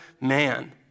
man